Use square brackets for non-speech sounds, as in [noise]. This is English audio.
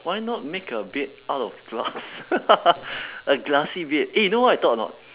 why not make a bed out of glass [laughs] a glassy bed eh you know what I thought or not